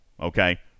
okay